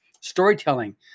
storytelling